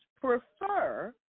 prefer